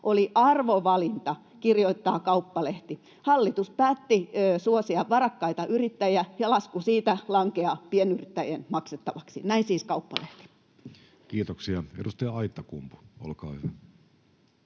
oli arvovalinta.” — Näin kirjoittaa Kauppalehti. — ”Hallitus päätti suosia varakkaita yrittäjiä, ja lasku siitä lankeaa pienyrittäjien maksettavaksi.” Näin siis Kauppalehti. [Speech 82] Speaker: Jussi Halla-aho